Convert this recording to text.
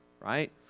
Right